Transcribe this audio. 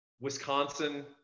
Wisconsin